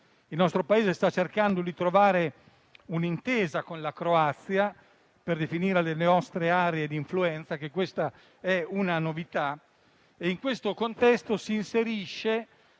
Il nostro Paese sta cercando di trovare un'intesa con la Croazia per definire le nostre aree di influenza e anche questa è una novità. In tale contesto si inserisce